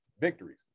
victories